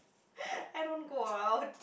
I don't go out